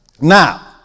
Now